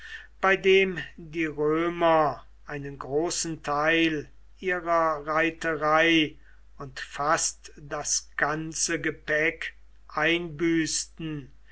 bei dem die römer einen großen teil ihrer reiterei und fast das ganze gepäck einbüßten